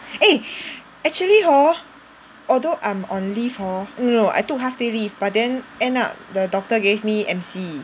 eh actually hor although I'm on leave hor no no no I took half day leave but then end up the doctor gave me M_C